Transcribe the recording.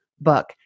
book